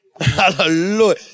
Hallelujah